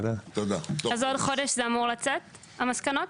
עוד חודש אמורות לצאת המסקנות?